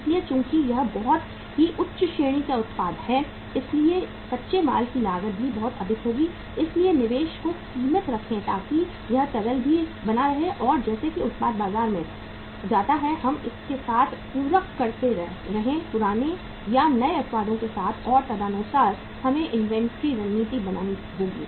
इसलिए चूंकि यह बहुत ही उच्च श्रेणी का उत्पाद है इसलिए कच्चे माल की लागत भी बहुत अधिक होगी इसलिए निवेश को सीमित रखें ताकि यह तरल भी बना रहे और जैसा कि उत्पाद बाजार में जाता है हम इसके साथ पूरक करते रहें पुराने या नए उत्पादों के साथ और तदनुसार हमें इन्वेंट्री रणनीति बनानी होगी